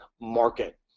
market